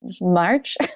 March